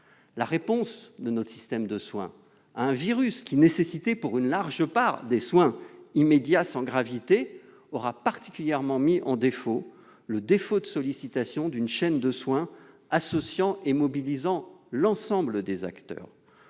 La réponse de notre système à un virus qui nécessitait pour une large part des soins immédiats sans gravité aura particulièrement mis en lumière le défaut de sollicitation d'une chaîne de soins associant et mobilisant l'ensemble des acteurs.